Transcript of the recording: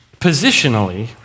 positionally